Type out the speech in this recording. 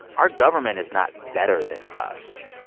our government is not better than us.